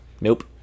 Nope